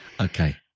Okay